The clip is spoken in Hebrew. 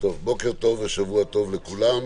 ושבוע טוב לכולם,